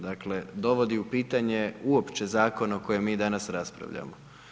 Dakle, dovodi u pitanje uopće zakona o kojem mi danas raspravljamo.